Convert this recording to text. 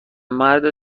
مرد